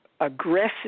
aggressive